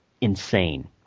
insane